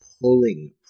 pulling